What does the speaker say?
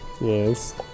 Yes